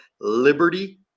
Liberty